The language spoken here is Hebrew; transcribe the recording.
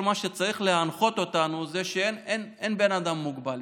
מה שצריך להנחות אותנו הוא שאין בן אדם מוגבל.